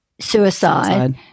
suicide